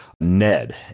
ned